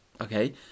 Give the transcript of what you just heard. Okay